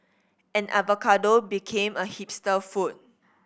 and avocado became a hipster food